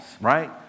right